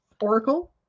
oracle